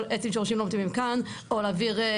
עץ עם שורשים לא מתאימים כאן או להעביר.